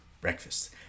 breakfast